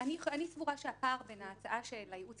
אני סבורה שהפער בין ההצעה של הייעוץ